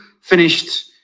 finished